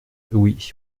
oui